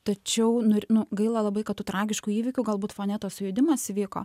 tačiau nu ir nu gaila labai kad tų tragiškų įvykių galbūt fone tas sujudimas įvyko